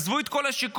עזבו את כל השיקום,